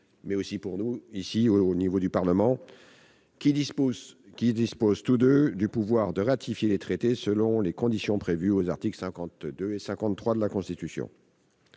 mais aussi pour le Parlement, qui disposent tous deux du pouvoir de ratifier les traités dans les conditions prévues aux articles 52 et 53 de la Constitution.